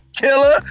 killer